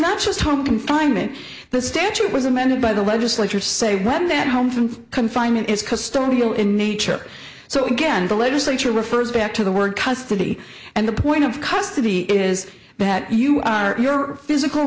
not just home confinement the statute was amended by the legislature say when then home from confinement is custodial in nature so again the legislature refers back to the word custody and the point of custody is that you are your physical